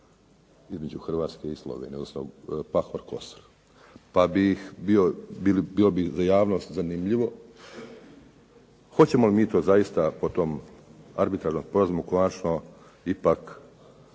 između Hrvatske i Slovenije, odnosno Pahor-Kosor. Pa bih bio, bilo bi za javnost zanimljivo hoćemo li mi to zaista po tom arbitražnom sporazumu konačno ipak